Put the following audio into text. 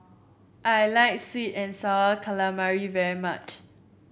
I like sweet and sour calamari very much